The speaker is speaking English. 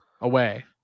Away